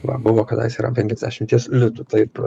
va buvo kadais ir ant penkiasdešimties litų taip